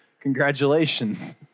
congratulations